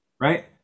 Right